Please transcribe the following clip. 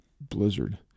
blizzard